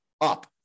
up